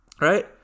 Right